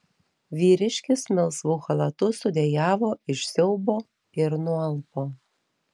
vyriškis melsvu chalatu sudejavo iš siaubo ir nualpo